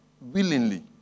willingly